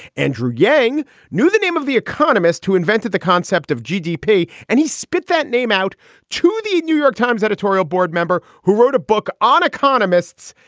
andrew yang knew the name of the economist who invented the concept of gdp, and he spit that name out to the new york times editorial board member who wrote a book on economists.